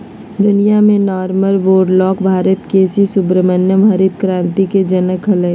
दुनिया में Norman Borlaug Bharat के सी सुब्रमण्यम हरित क्रांति के जनक हलई